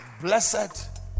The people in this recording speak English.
blessed